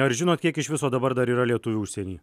ar žinot kiek iš viso dabar dar yra lietuvių užsieny